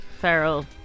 Ferrell